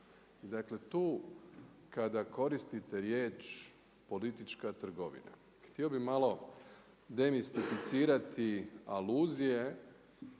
Dakle, tu kada koristite riječ politička trgovina. Htio bi malo, demistificirati aluzije